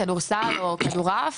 כדורסל או כדורעף,